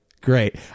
great